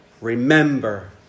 remember